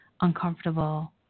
uncomfortable